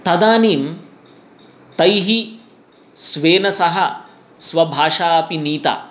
तदानीं तैः स्वेन सह स्वभाषा अपि नीता